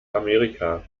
amerika